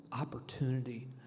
opportunity